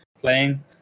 playing